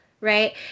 right